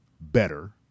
better